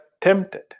tempted